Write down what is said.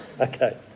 Okay